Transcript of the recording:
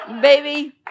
baby